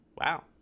Wow